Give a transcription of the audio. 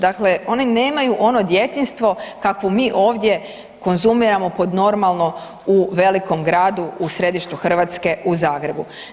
Dakle, oni nemaju ono djetinjstvo kakvu mi ovdje konzumiramo pod normalno u velikom gradu u središtu Hrvatske u Zagrebu.